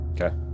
Okay